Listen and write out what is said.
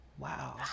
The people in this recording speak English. Wow